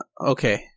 okay